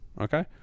Okay